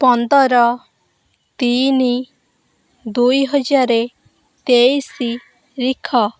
ପନ୍ଦର ତିନି ଦୁଇ ହଜାର ତେଇଶି ରିଖ